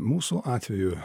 mūsų atveju